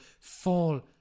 fall